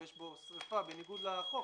אם יש בו שריפה בניגוד לחוק,